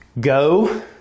go